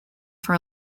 for